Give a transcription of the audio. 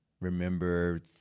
remember